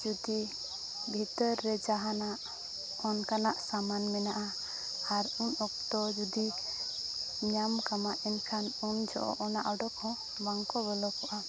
ᱡᱩᱫᱤ ᱵᱷᱤᱛᱟᱹᱨ ᱨᱮ ᱡᱟᱦᱟᱱᱟᱜ ᱚᱱᱠᱟᱱᱟᱜ ᱥᱟᱢᱟᱱ ᱢᱮᱱᱟᱜᱼᱟ ᱟᱨ ᱩᱱ ᱚᱠᱛᱚ ᱡᱩᱫᱤ ᱧᱟᱢ ᱠᱟᱢᱟ ᱮᱱᱠᱷᱟᱱ ᱩᱱ ᱡᱚᱦᱚᱜ ᱚᱱᱟ ᱚᱰᱳᱠ ᱦᱚᱸ ᱵᱟᱝ ᱠᱚ ᱵᱚᱞᱚ ᱠᱚᱜᱼᱟ